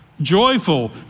joyful